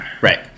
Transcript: Right